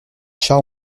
chats